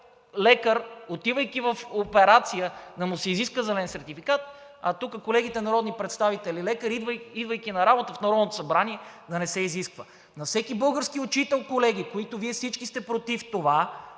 лекар, отивайки в операция, да му се изисква зелен сертификат, а тук на колегите народни представители лекари, идвайки на работа в Народното събрание, да не се изисква. На всеки български учител, колеги, които всички сте против това,